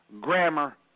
grammar